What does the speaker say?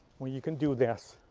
or you can do this.